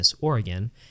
Oregon